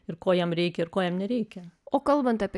ir ko jam reikia ir ko jam nereikia o kalbant apie